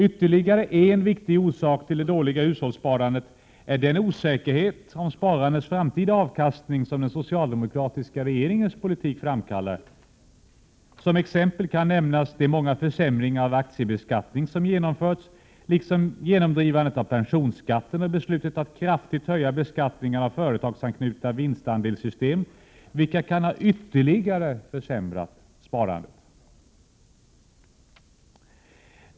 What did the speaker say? Ytterligare en viktig orsak till det dåliga hushållssparandet är den osäkerhet om sparandets framtida avkastning som den socialdemokratiska regeringens politik framkallar. Som exempel kan nämnas de många försämringar av aktiebeskattningen som genomförts, liksom genomdrivandet av pensionsskatten och beslutet att kraftigt höja beskattningen av företagsanknutna vinstandelssystem, vilket ytterligare kan ha försämrat sparandet.